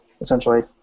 essentially